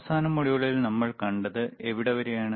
അവസാന മൊഡ്യൂളിൽ നമ്മൾ കണ്ടത് എവിടെ വരെയാണ്